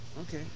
Okay